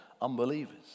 unbelievers